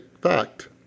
fact